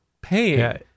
paying